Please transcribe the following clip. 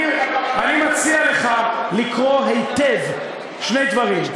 אני מציע לך לקרוא היטב שני דברים,